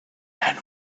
and